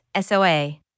SOA